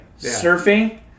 surfing